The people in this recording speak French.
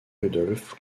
rudolph